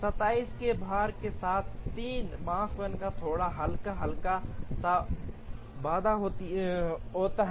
27 के भार के साथ 3 माकस्पन पर थोड़ा हल्का हल्का सा बंधा होता है